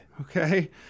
Okay